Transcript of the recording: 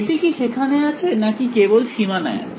এটি কি সেখানে আছে নাকি কেবল সীমানায় আছে